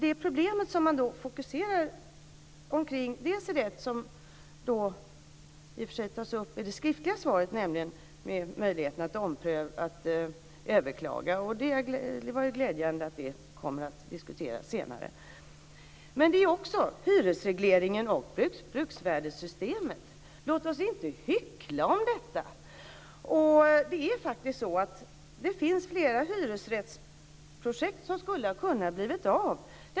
Ett problem man fokuserar kring tas upp i det skriftliga svaret. Det gäller möjligheten att överklaga. Det är glädjande att det kommer att diskuteras senare. Det finns också problem med hyresregleringen och bruksvärdessystemet. Låt oss inte hyckla om detta! Det finns flera hyresrättsprojekt som skulle ha kunnat bli av.